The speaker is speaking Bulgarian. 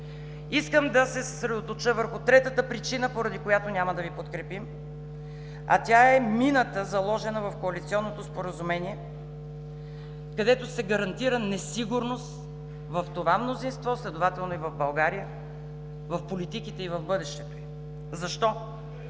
Искам да се съсредоточа върху третата причина, поради която няма да Ви подкрепим, а тя е мината, заложена в коалиционното споразумение, където се гарантира несигурност в това мнозинство, следователно и в България, в политиките и в бъдещето. Защо?